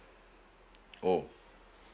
oh